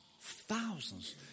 thousands